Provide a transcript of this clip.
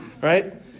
right